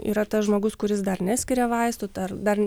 yra tas žmogus kuris dar neskiria vaistų dar dar